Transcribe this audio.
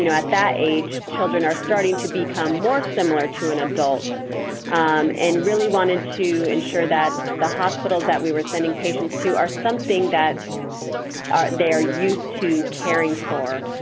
you know at that age, children are starting to become more similar to an adult and really wanted to ensure that the hospitals that we were sending patients to are something that they're used to caring for.